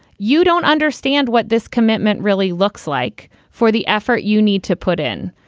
you don't understand what this commitment really looks like for the effort you need to put in.